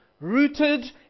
Rooted